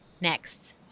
next